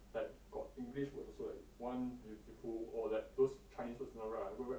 like got english words also like one beautiful or like those chinese words I go write